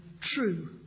true